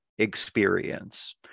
experience